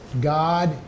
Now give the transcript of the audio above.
God